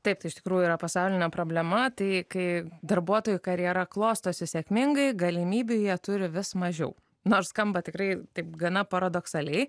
taip tai iš tikrųjų yra pasaulinė problema tai kai darbuotojų karjera klostosi sėkmingai galimybių jie turi vis mažiau nors skamba tikrai taip gana paradoksaliai